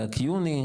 גג יוני.